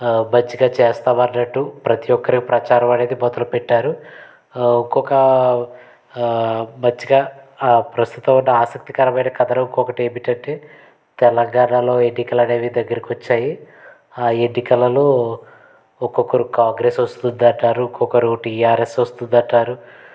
మంచిగా చేస్తాం అన్నట్టు ప్రతి ఒక్కరి ప్రచారం అనేది మొదలుపెట్టారు ఇంకొక మంచిగా ప్రస్తుతం ఉన్న ఆసక్తికరమైన కథనం ఇంకొకటి ఏమిటంటే తెలంగాణలో ఎన్నికలు అనేవి దగ్గరకి వచ్చాయి ఆ ఎన్నికలలో ఒక్కొక్కరు కాంగ్రెస్ వస్తుంది అన్నారు ఇంకొకరు టీఆర్ఎస్ వస్తుంది అంటారు